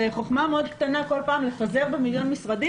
זאת חכמה מאוד קטנה כל פעם לפזר במיליון משרדים